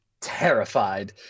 terrified